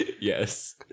Yes